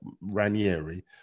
Ranieri